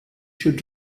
should